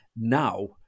Now